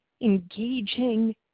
engaging